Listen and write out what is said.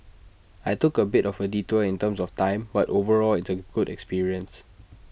I took A bit of detour in terms of time but overall it's A good experience